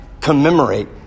commemorate